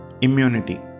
immunity